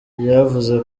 ryavuze